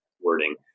wording